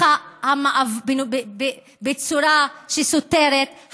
בצורה שסותרת,